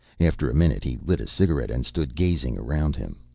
after a minute he lit a cigarette and stood gazing around him.